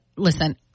Listen